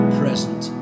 present